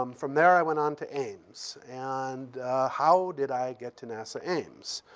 um from there, i went on to ames. and how did i get to nasa ames?